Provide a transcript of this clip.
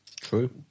True